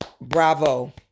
bravo